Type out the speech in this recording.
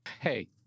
Hey